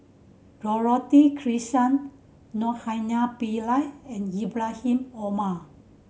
Dorothy Krishnan Naraina Pillai and Ibrahim Omar